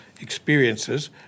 experiences